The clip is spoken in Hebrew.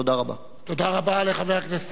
תודה רבה לחבר הכנסת אריה אלדד.